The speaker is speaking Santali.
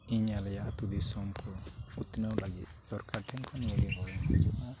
ᱤᱧ ᱟᱞᱮᱭᱟᱜ ᱟᱹᱛᱩᱼᱫᱤᱥᱚᱢ ᱠᱚ ᱩᱛᱱᱟᱹᱣ ᱞᱟᱹᱜᱤᱫ ᱥᱚᱨᱠᱟᱨ ᱴᱷᱮᱱ ᱠᱷᱚᱱ ᱱᱤᱭᱟᱹᱜᱮ ᱜᱚᱲᱚᱧ ᱠᱷᱚᱡᱚᱜᱼᱟ